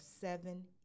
seven